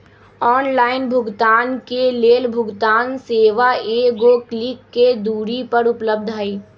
online भुगतान के लेल भुगतान सेवा एगो क्लिक के दूरी पर उपलब्ध हइ